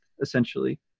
essentially